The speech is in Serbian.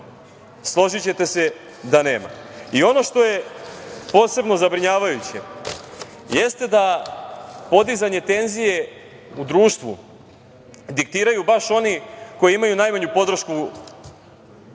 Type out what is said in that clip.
Složićete se da nema. Ono što je posebno zabrinjavajuće jeste da podizanje tenzije u društvu diktiraju baš oni koji imaju najmanju podršku u Srbiji